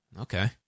Okay